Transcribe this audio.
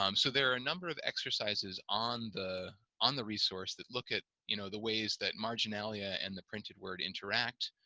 um so there are a number of exercises on the on the resource that look at you know the ways that marginalia and the printed word interact